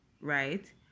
Right